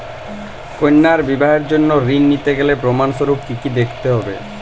কন্যার বিবাহের জন্য ঋণ নিতে গেলে প্রমাণ স্বরূপ কী কী দেখাতে হবে?